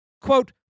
Quote